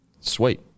sweet